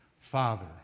Father